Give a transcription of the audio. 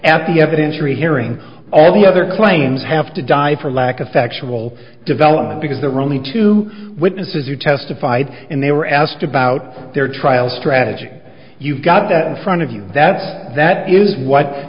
at the evidence rehearing all the other claims have to die for lack of factual development because there were only two witnesses who testified and they were asked about their trial strategy you've got that in front of you that that is what